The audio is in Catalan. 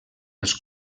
els